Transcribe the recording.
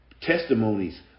testimonies